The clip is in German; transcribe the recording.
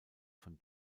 von